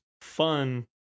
fun